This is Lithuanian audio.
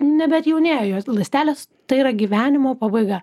nebe atjaunėja jos ląstelės tai yra gyvenimo pabaiga